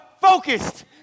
focused